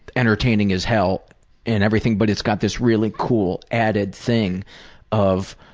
entertaining as hell and everything, but it's got this really cool added thing of